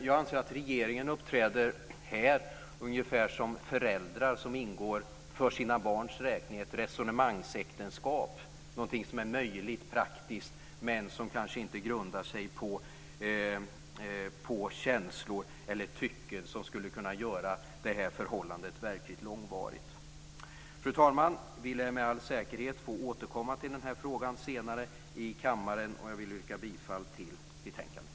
Jag anser att regeringen uppträder ungefär som föräldrar som för sina barns skull ingår ett resonemangsäktenskap, någonting som är möjligt praktiskt men som kanske inte grundar sig på känslor eller tycken som skulle kunna göra förhållandet verkligt långvarigt. Fru talman! Vi lär med all säkerhet få återkomma till den här frågan senare här i kammaren. Jag vill yrka bifall till hemställan i betänkandet.